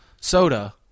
soda